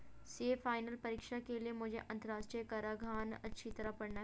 CA final परीक्षा के लिए मुझे अंतरराष्ट्रीय कराधान अच्छी तरह पड़ना है